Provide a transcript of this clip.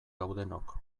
gaudenok